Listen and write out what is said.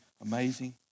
amazing